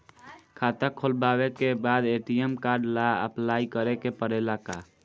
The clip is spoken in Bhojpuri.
खाता खोलबाबे के बाद ए.टी.एम कार्ड ला अपलाई करे के पड़ेले का?